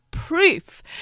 proof